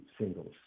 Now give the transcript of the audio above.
singles